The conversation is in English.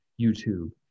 YouTube